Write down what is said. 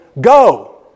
go